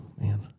man